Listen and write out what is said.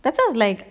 that sounds like